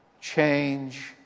Change